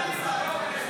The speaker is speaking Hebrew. נתקבלה.